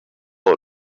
توقع